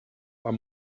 are